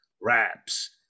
wraps